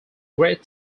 great